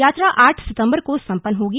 यात्रा आठ सितम्बर को संपन्न होगी